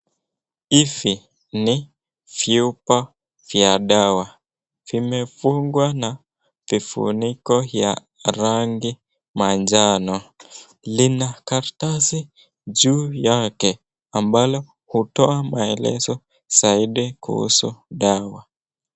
Hivi ni chupa ya dawa. Vimefungwa na vifuniko ya rangi manjano. Lina karatasi juu yake ambalo hutoa maelezo zaidi kuhusu dawa.